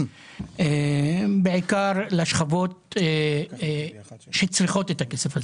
בעיקר לשכבות שצריכות את הכסף הזה.